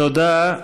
תודה.